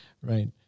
right